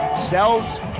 Sells